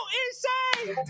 insane